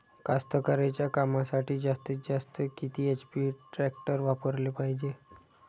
कास्तकारीच्या कामासाठी जास्तीत जास्त किती एच.पी टॅक्टर वापराले पायजे?